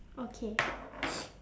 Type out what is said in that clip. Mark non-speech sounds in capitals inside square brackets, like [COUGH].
okay [BREATH]